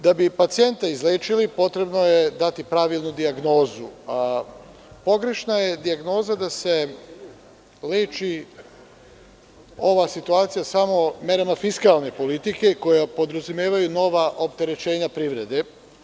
Da bi pacijenta izlečili, potrebno je dati pravilnu dijagnozu, a pogrešna je dijagnoza da se leči ova situacija samo merama fiskalne politike, koje podrazumevaju nova opterećenja privrede.